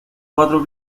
cuatro